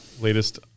latest